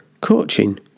coaching